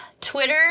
Twitter